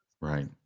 Right